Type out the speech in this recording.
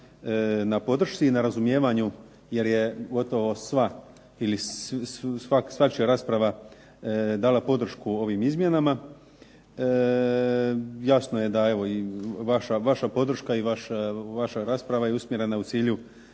na podršci i na razumijevanju jer je gotovo sva ili svačija rasprava dala podršku ovim izmjenama. Jasno je da evo i vaša podrška i vaša rasprava je usmjerena u cilju